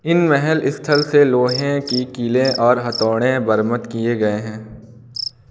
इन महल स्थल से लोहे की कीलें और हथौड़े बरामद किए गए हैं